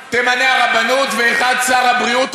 אחד תמנה הרבנות ואחד שר הבריאות,